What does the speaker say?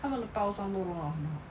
他们的包装很好喝